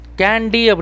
candy